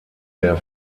der